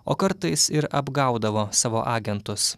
o kartais ir apgaudavo savo agentus